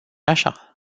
așa